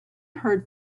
heard